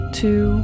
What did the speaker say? two